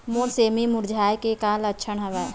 मोर सेमी मुरझाये के का लक्षण हवय?